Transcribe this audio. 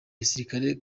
gisirikare